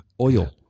oil